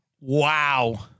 Wow